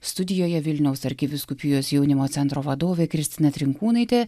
studijoje vilniaus arkivyskupijos jaunimo centro vadovė kristina trinkūnaitė